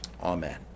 Amen